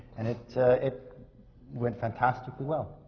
and it it went fantastically well!